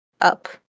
up